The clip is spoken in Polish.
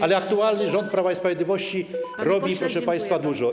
Ale aktualny rząd Prawa i Sprawiedliwości robi, proszę państwa, dużo.